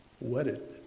wedded